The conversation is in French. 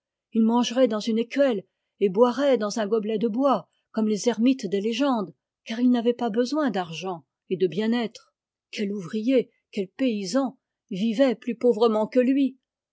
il mangerait dans une écuelle et boirait dans un gobelet de bois comme les ermites des légendes car il n'avait pas besoin d'argent et de bien-être quel paysan vivait plus pauvrement que lui